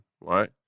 right